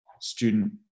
student